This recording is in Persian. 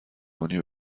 کنی